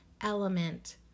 element